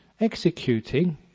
executing